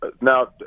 Now